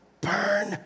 burn